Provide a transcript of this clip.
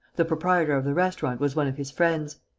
the proprietor of the restaurant was one of his friends.